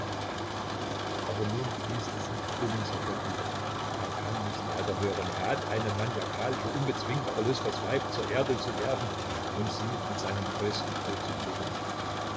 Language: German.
aber nun fließt es in dem dummen certain über er kann nicht weiter hören er hat eine maniakalische unbezwingbare lust das weib zur erde zu werfen und sie mit seinen fäusten tot zu prügeln